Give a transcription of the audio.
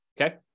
okay